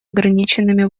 ограниченными